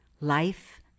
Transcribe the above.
life